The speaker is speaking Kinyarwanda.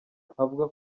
avuga